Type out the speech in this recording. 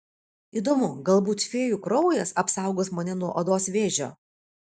įdomu galbūt fėjų kraujas apsaugos mane nuo odos vėžio